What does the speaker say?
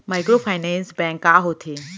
Microfinance bank का होथे?